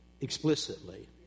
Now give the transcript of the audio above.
explicitly